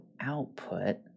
output